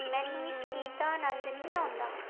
ਮੈਨੂੰ ਇਸ ਗੀਤ ਦਾ ਆਨੰਦ ਨਹੀਂ ਆਉਂਦਾ